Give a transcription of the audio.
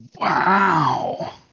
Wow